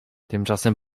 tymczasem